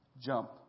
jump